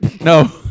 No